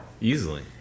Easily